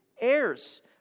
heirs